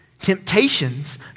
Temptations